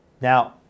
Now